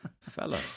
fellow